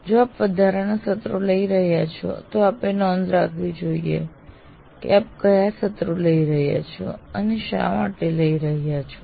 જો આપ વધારાના સત્રો લઈ રહ્યા છો તો આપે નોંધ રાખવી જોઈએ કે આપ કયા સત્રો લઈ રહ્યા છો અને શા માટે લઈ રહ્યા છો